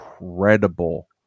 incredible